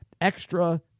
extra